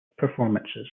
performances